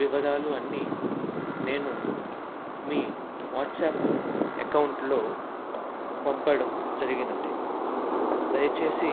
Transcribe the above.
వివరాలు అన్ని నేను మీ వాట్సాప్ ఎకౌంట్లో పంపడం జరిగింది దయచేసి